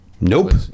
Nope